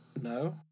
No